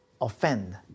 offend